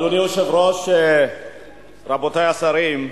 אדוני היושב-ראש, רבותי השרים,